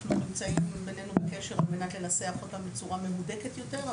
אנחנו נמצאים בקשר על מנת שננסח אותם בצורה מהודקת יותר,